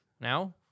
Now